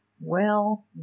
Well